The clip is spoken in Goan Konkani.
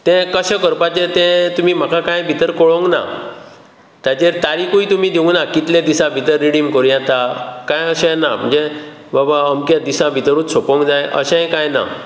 तें कशें करपाचें तें तुमी म्हाका कांय भितर कळोवंक ना ताजेर तारीकूय तुमी दिवुना कितलें दिसा भितर रिडीम करूं येता कांय अशें ना म्हणजे बाबा अमके दिसा भितरूच सोंपोवंक जाय अशेंय कांय ना